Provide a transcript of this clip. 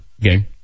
game